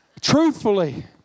truthfully